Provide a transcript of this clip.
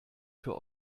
für